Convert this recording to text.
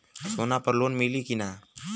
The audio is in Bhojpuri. सोना पर लोन मिली की ना?